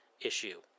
issue